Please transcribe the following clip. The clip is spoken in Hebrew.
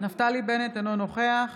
נפתלי בנט, אינו נוכח